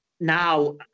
Now